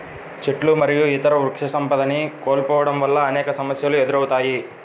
చెట్లు మరియు ఇతర వృక్షసంపదని కోల్పోవడం వల్ల అనేక సమస్యలు ఎదురవుతాయి